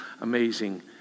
amazing